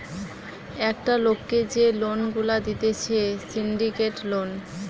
একটা লোককে যে লোন গুলা দিতেছে সিন্ডিকেট লোন